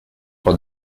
for